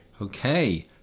Okay